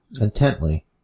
Intently